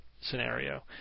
scenario